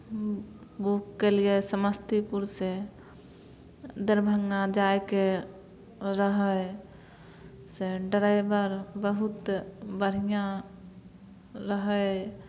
book केलियै समस्तीपुरसँ दरभंगा जायके रहै से ड्राइवर बहुत बढ़िआँ रहै